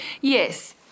Yes